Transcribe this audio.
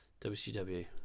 WCW